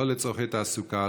לא לצורכי תעסוקה,